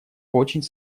очень